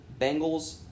Bengals